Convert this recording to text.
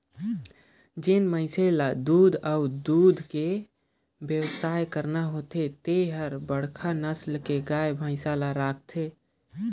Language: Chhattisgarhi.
जेन मइनसे ल दूद अउ दूद के बेवसाय करना होथे ते हर बड़खा नसल के गाय, भइसी ल राखथे